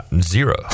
Zero